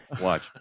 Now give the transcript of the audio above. Watch